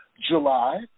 July